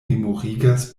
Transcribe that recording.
memorigas